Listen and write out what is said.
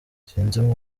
sinzi